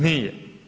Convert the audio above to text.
Nije.